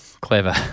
clever